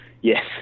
Yes